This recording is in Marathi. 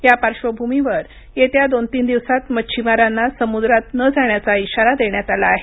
या पार्श्र्वभूमीवर येत्या दोन तीन दिवसात मच्छीमारांना समुद्रात न जाण्याचा इशारा देण्यात आला आहे